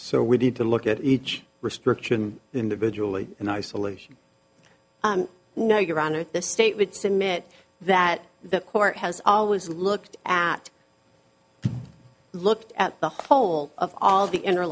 so we need to look at each restriction individually in isolation no your honor the state would submit that the court has always looked at i looked at the whole of all the